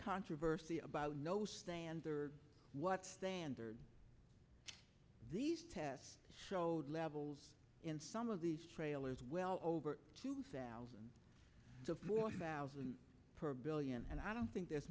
controversy about no standard what standard these tests showed levels in some of these trailers well over two thousand more about per billion and i don't think there's